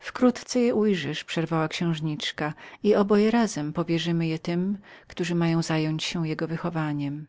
wkrótce je ujrzysz przerwała księżniczka i oboje razem powierzymy je tym którzy mają zająć się jego wychowaniem